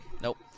nope